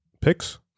Picks